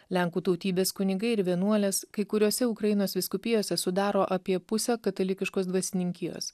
lenkų tautybės kunigai ir vienuolės kai kuriose ukrainos vyskupijose sudaro apie pusę katalikiškos dvasininkijos